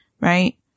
right